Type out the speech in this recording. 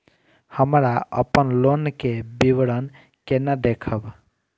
हमरा अपन लोन के विवरण केना देखब?